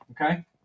Okay